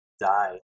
die